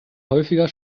häufiger